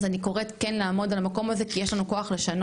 אז אני קוראת כן לעמוד על המקום הזה כי יש לנו כוח לשנות,